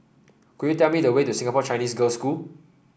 could you tell me the way to Singapore Chinese Girls' School